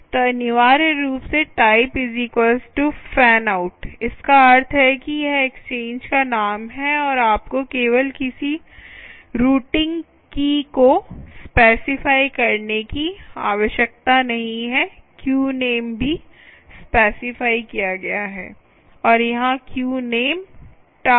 तो अनिवार्य रूप से टाइप फैन आउट इसका अर्थ है कि यह एक्सचेंज का नाम है और आपको केवल किसी रूटिंग की को स्पेसिफाई करने की आवश्यकता नहीं है क्यू नेम भी स्पेसिफाई किया गया है और यहां queue name task key task keyहै